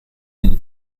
une